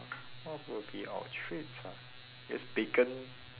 what would be our treats ah guess bacon